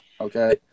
Okay